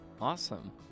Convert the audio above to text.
Awesome